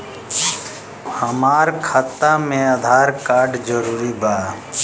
हमार खाता में आधार कार्ड जरूरी बा?